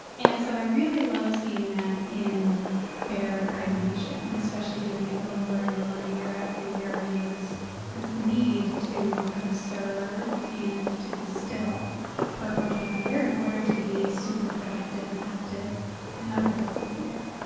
and so i really love seeing that in bear hibernation and especially doing it over and over, year after year you know, this this need to conserve and to be still for a portion of the year in order to be super productive and active in other parts of the year.